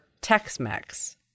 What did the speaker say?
Tex-Mex